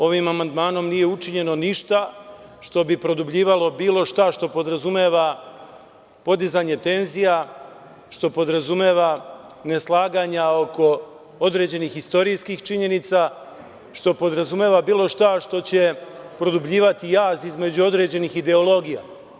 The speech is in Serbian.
Ovim amandmanom nije učinjeno ništa što bi produbljivalo bilo šta što podrazumeva podizanje tenzija, što podrazumeva neslaganja oko određenih istorijskih činjenica, što podrazumeva bilo šta što će produbljivati jaz između određenih ideologija.